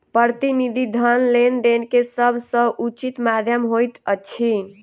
प्रतिनिधि धन लेन देन के सभ सॅ उचित माध्यम होइत अछि